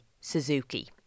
Suzuki